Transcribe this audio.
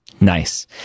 Nice